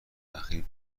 اخیر